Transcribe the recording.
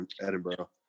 edinburgh